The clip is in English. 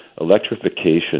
Electrification